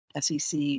SEC